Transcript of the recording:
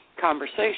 conversation